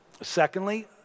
Secondly